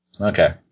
Okay